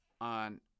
on